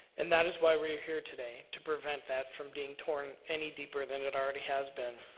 and that is why we are here today, to prevent that from being torn any deeper than it already has been.